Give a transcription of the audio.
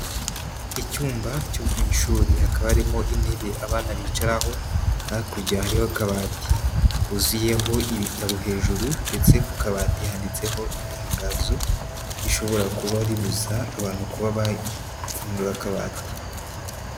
Icyumba cyo mu ishuri hakaba harimo intebe abana bicaraho, hakurya hariho akabati kuzuyeho ibitabo hejuru ndetse ku kabati handitseho itangazo rishobora kuba ribuza abantu kuba bafungura akabati.